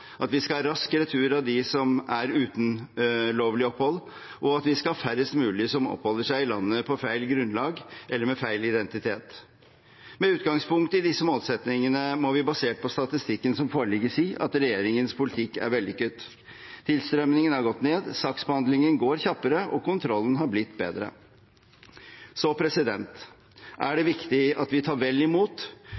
at vi skal ha rask retur av de som er uten lovlig opphold, og at vi skal ha færrest mulig som oppholder seg i landet på feil grunnlag, eller med feil identitet. Med utgangspunkt i disse målsettingene må vi, basert på statistikken som foreligger, si at regjeringens politikk er vellykket. Tilstrømmingen er gått ned, saksbehandlingen går kjappere, og kontrollen har blitt bedre. Så er det